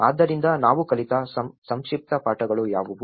ಆದ್ದರಿಂದ ನಾವು ಕಲಿತ ಸಂಕ್ಷಿಪ್ತ ಪಾಠಗಳು ಯಾವುವು